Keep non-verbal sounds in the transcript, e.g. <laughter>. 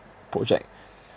project <breath>